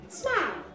smile